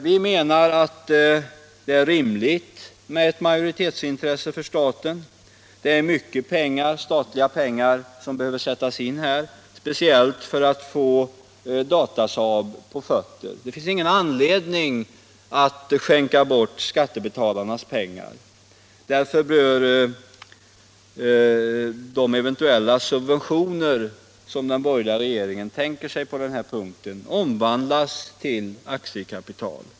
Vi menar att det är rimligt med ett majoritetsintresse för staten; mycket statliga pengar behöver sättas in, speciellt för att få Datasaab på fötter. Det finns ingen anledning att skänka bort skattebetalarnas pengar. Därför bör de eventuella subventioner som den borgerliga regeringen tänker sig omvandlas till aktiekapital.